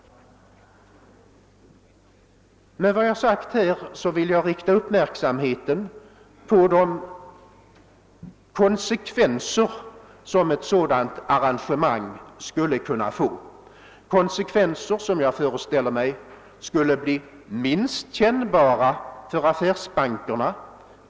Med vad jag här sagt vill jag rikta uppmärksamheten på de konsekvenser som ett sådant arrangemang skulle kunna få, konsekvenser som jag föreställer mig skulle bli minst kännbara för affärsbankerna.